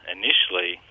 initially